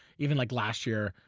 even like last year,